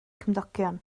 cymdogion